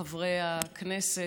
חברי הכנסת,